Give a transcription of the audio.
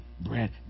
bread